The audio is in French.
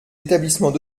établissements